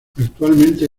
actualmente